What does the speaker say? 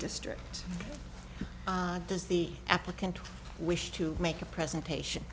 district does the applicant wish to make a presentation